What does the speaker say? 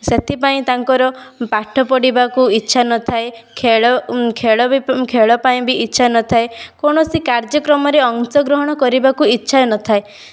ସେଥିପାଇଁ ତାଙ୍କର ପାଠ ପଢ଼ିବାକୁ ଇଚ୍ଛା ନ ଥାଏ ଖେଳ ଖେଳ ବି ଖେଳ ପାଇଁ ବି ଇଚ୍ଛା ନ ଥାଏ କୌଣସି କାର୍ଯ୍ୟକ୍ରମ ରେ ଅଂଶଗ୍ରହଣ କରିବାକୁ ଇଚ୍ଛା ନ ଥାଏ